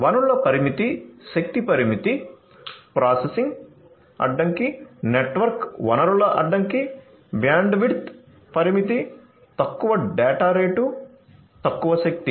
వనరుల పరిమితి శక్తి పరిమితి ప్రాసెసింగ్ అడ్డంకి నెట్వర్క్ వనరుల అడ్డంకి బ్యాండ్విడ్త్ పరిమితి తక్కువ డేటా రేటు తక్కువ శక్తి